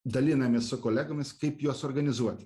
dalinamės su kolegomis kaip juos suorganizuoti